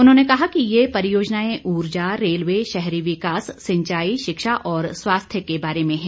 उन्होंने कहा कि ये परियोजनाएं ऊर्जा रेलवे शहरी विकास सिंचाई शिक्षा और स्वास्थ्य के बारे में हैं